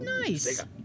Nice